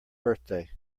birthday